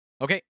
Okay